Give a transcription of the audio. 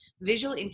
visual